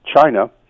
China